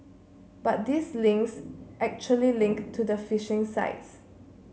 but these links actually link to the phishing sites